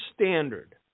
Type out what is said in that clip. standard